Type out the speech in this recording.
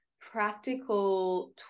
practical